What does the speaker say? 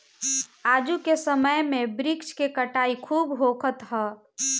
आजू के समय में वृक्ष के कटाई खूब होखत हअ